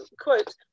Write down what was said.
quote